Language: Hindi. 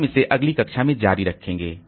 हम इसे अगली कक्षा में जारी रखेंगे